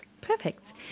Perfect